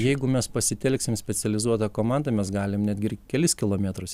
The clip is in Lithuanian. jeigu mes pasitelksim specializuotą komandą mes galim netgi ir kelis kilometrus